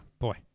boy